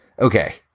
okay